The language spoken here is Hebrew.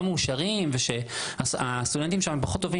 לא מאושרים ושהסטודנטים שם פחות טובים,